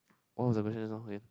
what was the question just now again